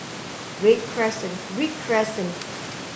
Read Crescent Read Crescent